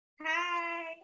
Hi